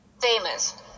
Famous